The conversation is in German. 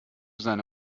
seine